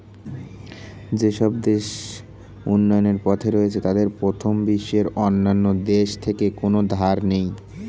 যেসব দেশ উন্নয়নের পথে রয়েছে তাদের প্রথম বিশ্বের অন্যান্য দেশ থেকে কোনো ধার নেই